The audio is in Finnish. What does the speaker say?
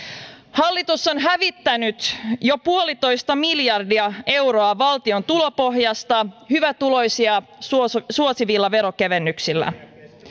hallitus on hävittänyt jo puolitoista miljardia euroa valtion tulopohjasta hyvätuloisia suosivilla verokevennyksillä